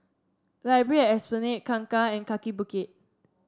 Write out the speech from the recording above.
Library at Esplanade Kangkar and Kaki Bukit